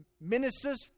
Ministers